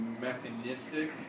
mechanistic